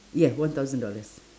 yeah one thousand dollars